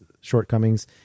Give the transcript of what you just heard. shortcomings